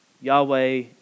Yahweh